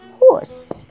horse